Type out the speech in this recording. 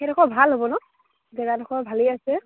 সেইডখৰ ভাল হ'ব ন জেগাডখৰ ভালেই আছে